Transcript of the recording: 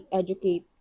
educate